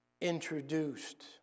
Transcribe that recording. introduced